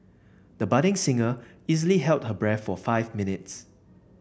the budding singer easily held her breath for five minutes